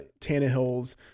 Tannehill's